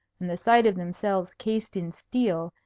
and the sight of themselves cased in steel,